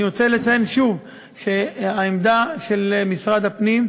אני רוצה לציין שוב שהעמדה של משרד הפנים,